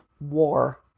war